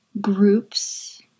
groups